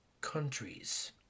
countries